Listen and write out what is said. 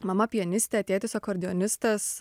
mama pianistė tėtis akordeonistas